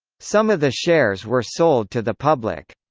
some of the shares were sold to the public.